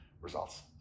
results